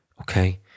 Okay